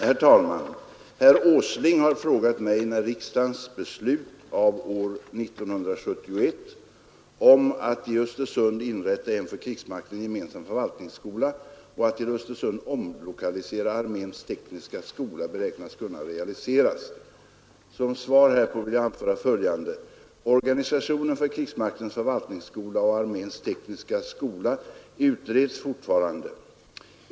Herr talman! Herr Åsling har frågat mig när riksdagens beslut av år 1971 om att i Östersund inrätta en för krigsmakten gemensam förvaltningsskola och att till Östersund omlokalisera arméns tekniska skola beräknas kunna realiseras. Som svar härpå vill jag anföra följande. Organisationen för krigsmaktens förvaltningsskola och arméns tekniska skola utreds fortfarande.